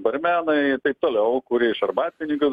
barmenai ir taip toliau kurie iš arbatpinigių